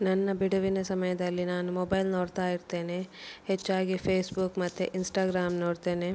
ನನ್ನ ಬಿಡುವಿನ ಸಮಯದಲ್ಲಿ ನಾನು ಮೊಬೈಲ್ ನೋಡ್ತಾ ಇರ್ತೇನೆ ಹೆಚ್ಚಾಗಿ ಫೇಸ್ಬುಕ್ ಮತ್ತು ಇನ್ಸ್ಟಾಗ್ರಾಮ್ ನೋಡ್ತೇನೆ